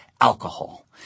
alcohol